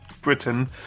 britain